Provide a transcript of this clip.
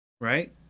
Right